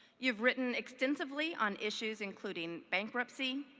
you've written extensively on issues including bankruptcy,